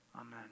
Amen